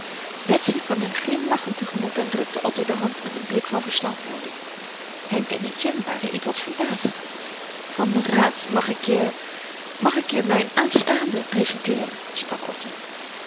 betsy kwam hen glimlachend te gemoet en drukte otto de hand met een blik van verstandhouding henk en etienne waren ietwat verbaasd van raat mag ik je mag ik je mijn aanstaande prezenteeren sprak otto